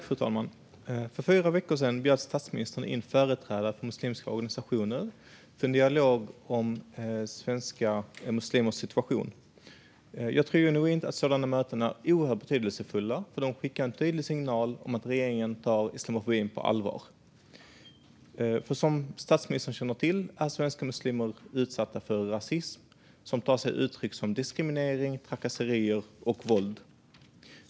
Fru talman! För fyra veckor sedan bjöd statsministern in företrädare för muslimska organisationer för en dialog om svenska muslimers situation. Jag tror genuint att sådana möten är oerhört betydelsefulla, för de skickar en tydlig signal om att regeringen tar islamofobin på allvar. Som statsministern känner till är svenska muslimer utsatta för rasism, som tar sig uttryck i diskriminering, trakasserier och våld.